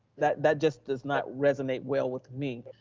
that that just does not resonate well with me.